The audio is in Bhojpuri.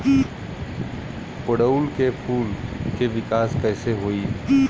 ओड़ुउल के फूल के विकास कैसे होई?